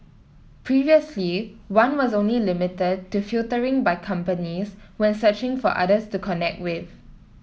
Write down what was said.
previously one was only limited to filtering by companies when searching for others to connect with